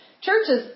Churches